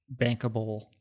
bankable